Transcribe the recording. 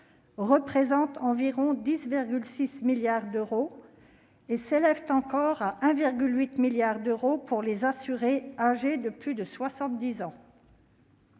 représentent environ 10,6 milliards d'euros [...] et s'élèvent encore à 1,8 milliard d'euros pour les assurés âgés de plus de 70 ans